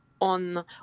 on